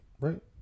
right